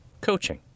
coaching